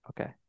Okay